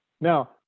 Now